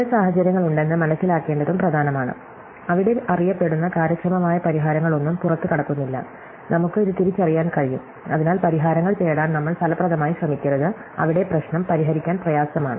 ചില സാഹചര്യങ്ങളുണ്ടെന്ന് മനസിലാക്കേണ്ടതും പ്രധാനമാണ് അവിടെ അറിയപ്പെടുന്ന കാര്യക്ഷമമായ പരിഹാരങ്ങളൊന്നും പുറത്തുകടക്കുന്നില്ല നമുക്ക് ഇത് തിരിച്ചറിയാൻ കഴിയും അതിനാൽ പരിഹാരങ്ങൾ തേടാൻ നമ്മൾ ഫലപ്രദമായി ശ്രമിക്കരുത് അവിടെ പ്രശ്നം പരിഹരിക്കാൻ പ്രയാസമാണ്